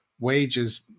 wages